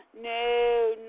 no